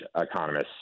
economists